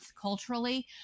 culturally